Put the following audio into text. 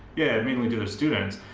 yeah, mainly to their students.